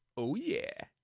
oh yeah.